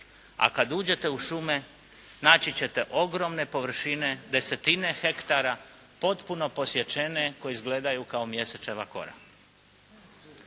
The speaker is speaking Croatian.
a kad uđete u šume naći ćete ogromne površine, desetine hektara potpuno posjećene koji izgledaju kao mjesečeva kora.